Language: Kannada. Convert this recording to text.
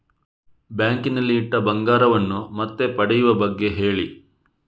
ಬ್ಯಾಂಕ್ ನಲ್ಲಿ ಇಟ್ಟ ಬಂಗಾರವನ್ನು ಮತ್ತೆ ಪಡೆಯುವ ಬಗ್ಗೆ ಹೇಳಿ